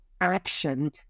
action